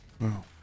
Wow